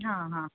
ಹಾಂ ಹಾಂ